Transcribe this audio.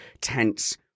tense